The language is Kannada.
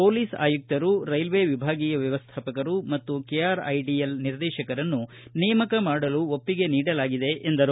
ಪೋಲೀಸ್ ಅಯುಕ್ತರು ರೈಲ್ವೆ ವಿಭಾಗೀಯ ವ್ಯವಸ್ಥಾಪಕರು ಮತ್ತು ಕೆಆರ್ ಐಡಿಎಲ್ ನಿರ್ದೇಶಕರನ್ನು ನೇಮಕ ಮಾಡಲು ಒಪ್ಪಿಗೆ ನೀಡಲಾಗಿದೆ ಎಂದರು